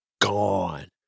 gone